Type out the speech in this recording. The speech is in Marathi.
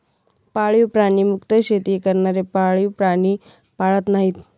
पाळीव प्राणी मुक्त शेती करणारे पाळीव प्राणी पाळत नाहीत